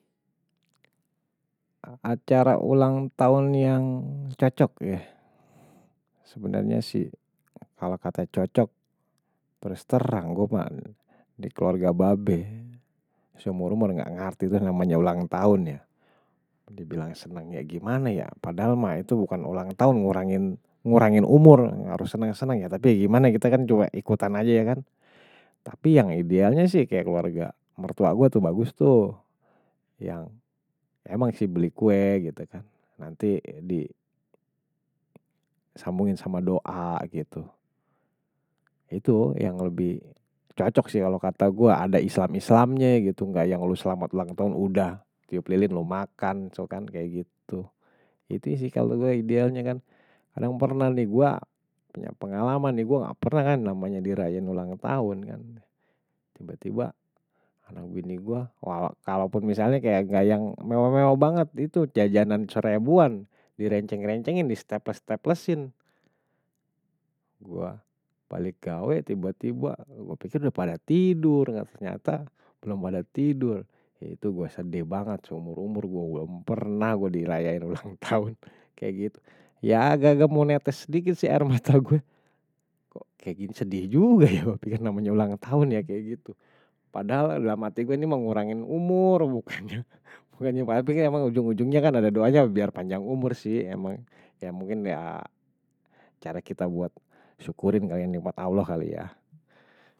Acara ulang tahun yang cocok, ya. Sebenarnya sih, kalau kata cocok, terus terang, gue mah di keluarga babe seumur umur, gak ngerti itu namanya ulang tahun, ya. Dibilang senang, ya gimana ya. Padahal, mah, itu bukan ulang tahun ngurangin umur, gak harus senang-senang, ya. Tapi, ya gimana, kita kan cuma ikutan aja, ya kan. Tapi yang idealnya sih, kayak keluarga mertua gue tuh, bagus tuh. Yang emang sih beli kue, gitu kan. Nanti disambungin sama doa, gitu. Itu yang lebih cocok sih, kalau kata gue. Ada islam islamnya, gitu. Gak yang lu selamat ulang tahun udah. Tiup lilin, lu makan, so kan, kayak gitu. Itu sih, kalau gue idealnya, kan. Kadang pernah nih, gue punya pengalaman nih, gue gak pernah kan namanya di rayain ulang tahun, kan. Tiba-tiba, anak wini gue, walaupun misalnya kayak gak yang mewah mewah banget, itu jajanan sorebuan, direnceng rencengin, distepless stepless in. Gue balik gawe, tiba-tiba, gue pikir udah pada tidur, gak ternyata, belum pada tidur. Itu gue sedih banget, seumur umur gue. Gue gak pernah gue dirayain ulang tahun, kayak gitu. Ya, gak mau netes sedikit sih air mata gue. Kok kayak gini sedih juga ya, gue pikir namanya ulang tahun, ya, kayak gitu. Padahal dalam hati gue ini mengurangin umur, bukannya. Bukannya, tapi kan emang ujung-ujungnya kan ada doanya, biar panjang umur sih. Emang, ya mungkin, ya, cara kita buat syukurin kali syukurin nikmat allah kali ya.